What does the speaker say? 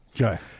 Okay